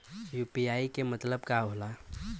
UPI के मतलब का होला?